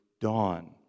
dawn